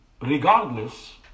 Regardless